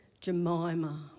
jemima